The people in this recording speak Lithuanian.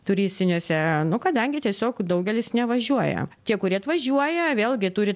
turistiniuose nu kadangi tiesiog daugelis nevažiuoja tie kurie atvažiuoja vėlgi turi